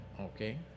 Okay